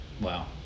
wow